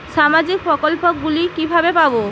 সামাজিক প্রকল্প গুলি কিভাবে পাব?